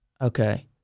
Okay